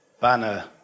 banner